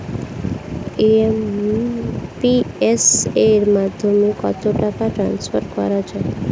IMPS এর মাধ্যমে কত টাকা ট্রান্সফার করা যায়?